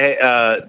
Hey